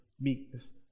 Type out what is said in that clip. meekness